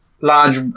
Large